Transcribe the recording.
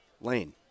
Lane